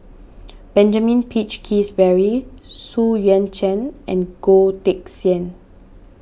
Benjamin Peach Keasberry Xu Yuan Zhen and Goh Teck Sian